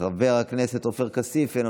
חבר הכנסת סימון דוידסון,